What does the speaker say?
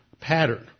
pattern